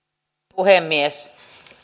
puhemies